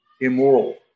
immoral